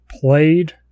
played